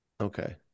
Okay